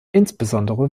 insbesondere